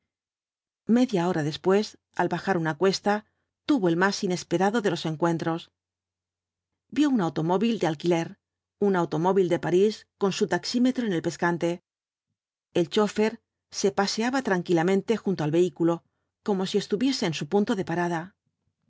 media hora después al bajar una cuesta tuvo el más nesperado de los encuentros vio un automóvil de alquiler un automóvil de parís con su taxímetro en el pescante el chófer se paseaba tranquilamente junto al vehículo como si estuviese en su punto de parada